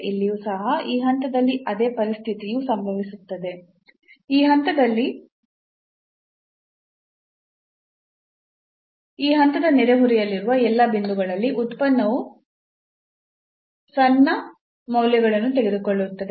ಇಲ್ಲಿಯೂ ಸಹ ಈ ಹಂತದಲ್ಲಿ ಅದೇ ಪರಿಸ್ಥಿತಿಯು ಸಂಭವಿಸುತ್ತದೆ ಈ ಹಂತದ ನೆರೆಹೊರೆಯಲ್ಲಿರುವ ಎಲ್ಲಾ ಬಿಂದುಗಳಲ್ಲಿ ಉತ್ಪನ್ನವು ಸಣ್ಣ ಮೌಲ್ಯಗಳನ್ನು ತೆಗೆದುಕೊಳ್ಳುತ್ತದೆ